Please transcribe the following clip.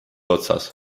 otsas